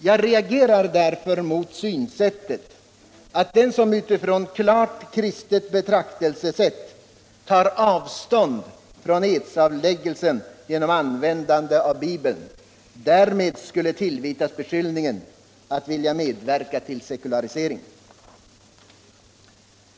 Jag reagerar därför mot att den som utifrån ett klart kristet betraktelsesätt tar avstånd från edsavläggelse genom användande av Bibeln därmed skulle tillvitas beskyllningen att vilja medverka till en sekularisering.